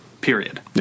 period